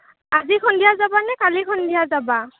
আজি সন্ধিয়া যাবা নে কালি সন্ধিয়া যাবা